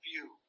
view